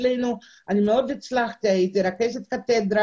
אני מאוד הצלחתי שם, הייתי רכזת קתדרה